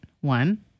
one